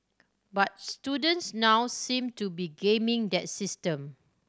but students now seem to be gaming that system